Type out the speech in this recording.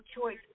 choice